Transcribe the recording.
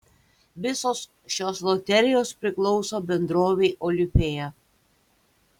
visos šios loterijos priklauso bendrovei olifėja